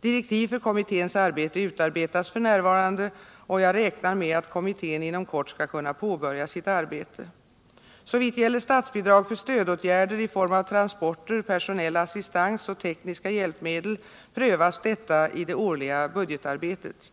Direktiv för kommitténs arbete utarbetas f. n., och jag räknar med att kommittén inom kort skall kunna påbörja sitt arbete. Såvitt gäller statsbidrag för stödåtgärder i form av transporter, personell assistans och tekniska hjälpmedel prövas detta i det årliga budgetarbetet.